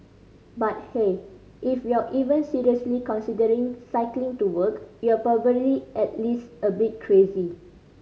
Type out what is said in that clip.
but hey if you're even seriously considering cycling to work you're probably at least a bit crazy